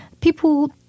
people